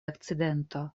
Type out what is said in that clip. akcidento